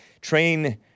train